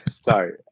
Sorry